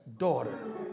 daughter